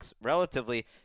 Relatively